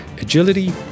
agility